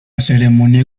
ceremonia